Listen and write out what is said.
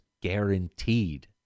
guaranteed